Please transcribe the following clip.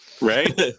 Right